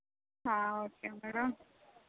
okay madam